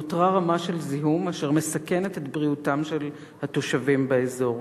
נותרה רמה של זיהום אשר מסכנת את בריאותם של התושבים באזור.